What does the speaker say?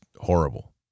horrible